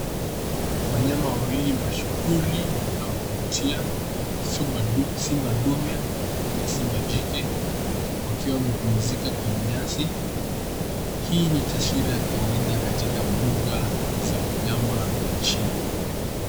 Wanyama wawili mashuhuri na wa kuvutia wa simba dume na simba jike wakiwa wamepumzika kwenye nyasi . Hii ni taswira ya kawaida katika mbuga za wanyama nchini.